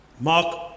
Mark